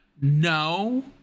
No